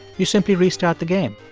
you simply restart the game.